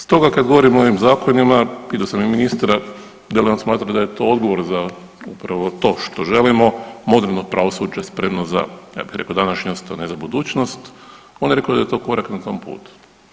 Stoga, kad govorimo o ovim zakonima, pitao sam i ministra, da li on smatra da je to odgovor za upravo to što želimo, moderno pravosuđe spremno za, ja bih rekao današnjost, a ne za budućnost, on je rekao da je to korak na tom putu.